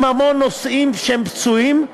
עם המון נוסעים שהם פצועים,